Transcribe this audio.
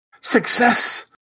Success